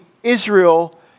Israel